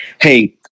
hey